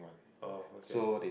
oh okay